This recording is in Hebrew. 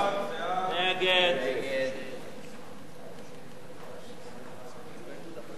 ההסתייגות של חבר הכנסת